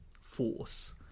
force